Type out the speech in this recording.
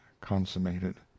consummated